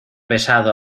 besado